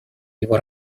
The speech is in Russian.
его